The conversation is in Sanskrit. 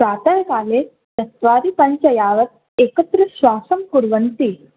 प्रातःकाले चत्वारि पञ्चयावत् एकत्र श्वासं कुर्वन्ति